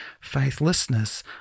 faithlessness